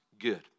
good